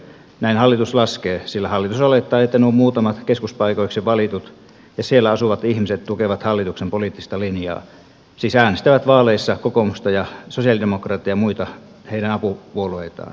näin hallitus laskee sillä hallitus olettaa että nuo muutamat keskuspaikoiksi valitut ja siellä asuvat ihmiset tukevat hallituksen poliittista linjaa siis äänestävät vaaleissa kokoomusta ja sosialidemokraatteja ja muita heidän apupuolueitaan